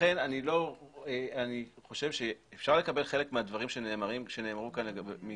לכן אני חושב שאפשר לקבל חלק מהדברים שנאמרו כאן על